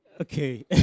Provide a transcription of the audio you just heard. Okay